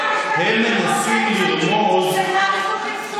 אתה שר משפטים, הם מנסים לרמוז, צו איסור פרסום.